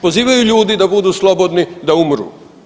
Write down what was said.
Pozivaju ljude da budu slobodni da umru.